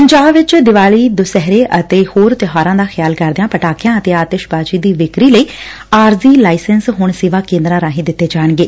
ਪੰਜਾਬ ਚ ਦੀਵਾਲੀ ਦੁਸਹਿਰੇ ਅਤੇ ਹੋਰ ਤਿਉਹਾਰਾਂ ਦਾ ਖਿਆਲ ਕਰਦਿਆਂ ਪਟਾਕਿਆ ਅਤੇ ਆਤਿਸਬਾਜ਼ੀ ਦੀ ਵਿਕਰੀ ਲਈ ਆਰਜ਼ੀ ਲਾਈਸੈਂਸ ਹੁਣ ਸੇਵਾ ਕੇਂਦਰਾਂ ਰਾਹੀਂ ਦਿੱਤੇ ਜਾਣਗੇ